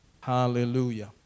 Hallelujah